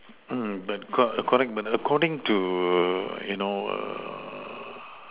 but correct but according to you know